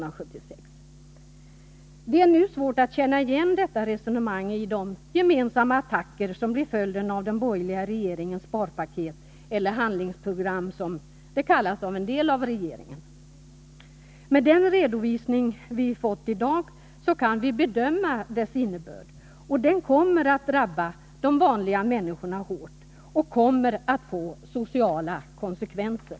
Det är svårt att känna igen detta resonemang i de gemensamma attacker mot den offentliga sektorn som blir följden av den borgerliga regeringens sparpaket — eller handlingsprogram som det kallas av en del av regeringen. Med den redovisning som vi har fått i dag kan vi bedöma innebörden av dessa attacker. De vanliga människorna kommer att drabbas hårt, vilket får sociala konsekvenser.